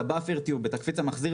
את ה-Buffer Tube ואת הקפיץ המחזיר,